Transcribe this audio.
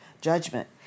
judgment